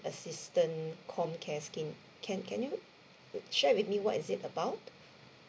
assistance comcare scheme can can you uh share with me what is it about